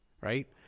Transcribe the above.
right